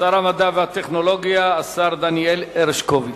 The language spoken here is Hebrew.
שר המדע והטכנולוגיה, השר דניאל הרשקוביץ.